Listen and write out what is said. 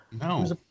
No